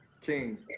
King